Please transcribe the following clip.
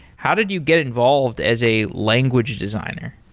how did you get involved as a language designer?